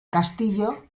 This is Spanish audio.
castillo